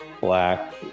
black